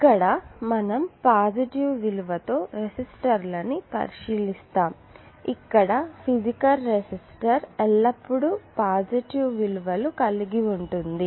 ఇక్కడ మనం పాజిటివ్ విలువతో రెసిస్టర్లను పరిశీలిస్తాముఇక్కడ ఫిసికల్ రెసిస్టర్ ఎల్లప్పుడూ పాజిటివ్ విలువలు కలిగి ఉంటుంది